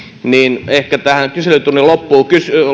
niin ehkä tähän kyselytunnin loppuun